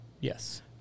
Yes